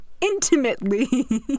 Intimately